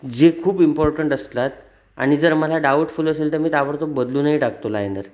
जे खूप इम्पॉर्टंट असतात आणि जर मला डाउटफुल असेल तर मी त्यावर बदलूनही टाकतो लायनर